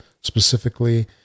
specifically